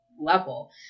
level